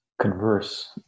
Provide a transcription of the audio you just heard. converse